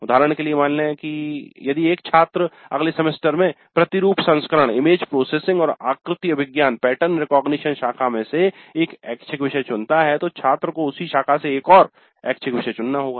उदाहरण के लिए मान लें कि यदि यह छात्र अगले सेमेस्टर में प्रतिरूप प्रसंस्करण इमेज प्रोसेसिंग image processing और आकृति अभिज्ञान पैटर्न रिकग्निशन pattern recognition शाखा में से एक ऐच्छिक विषय चुनता है तो छात्र को उसी शाखा से एक और ऐच्छिक विषय चुनना होगा